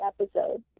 episode